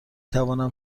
توانم